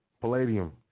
palladium